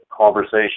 conversation